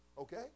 okay